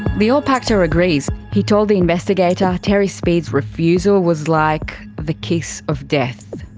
lior pachter agrees. he told the investigator terry speed's refusal was like the kiss of death.